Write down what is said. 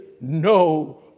no